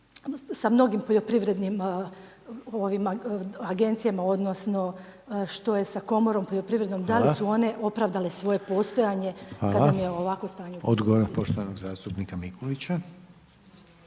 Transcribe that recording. sa mnogim poljoprivrednim agencijama, odnosno, što je sa komorom poljoprivrednom, da li su one opravdale svoje postojanje, kada nam je ovakvo stanje. **Reiner, Željko (HDZ)** Hvala odgovor poštovanog zastupnika Mikulića.